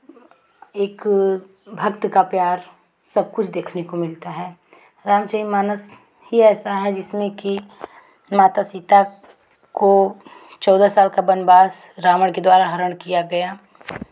एक भक्त का प्यार सबकुछ देखने को मिलता है रामचारितमानस ही ऐसा है जिसमें कि माता सीता को चौदह साल का वनवास रावण के द्वारा हरण किया गया